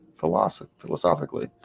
philosophically